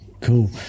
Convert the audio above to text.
Cool